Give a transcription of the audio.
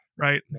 right